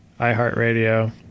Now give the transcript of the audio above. iHeartRadio